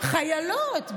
חיילות במג"ב,